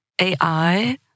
AI